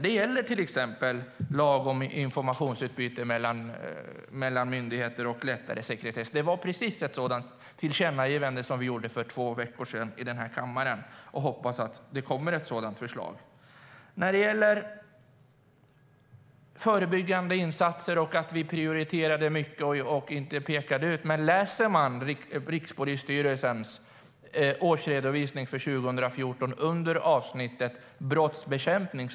Det gäller till exempel en lag om informationsutbyte mellan myndigheter och att lätta på sekretessen. Det var precis ett sådant tillkännagivande som vi gjorde för två veckor sedan i kammaren. Vi hoppas att det kommer ett sådant förslag. Sedan var det frågan om vad den tidigare regeringen gjorde i fråga om förebyggande insatser, prioriteringar och vad som inte pekades ut. Läs Rikspolisstyrelsens årsredovisning för 2014 under avsnittet Brottsbekämpning!